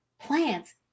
plants